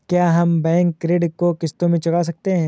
क्या हम बैंक ऋण को किश्तों में चुका सकते हैं?